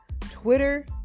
Twitter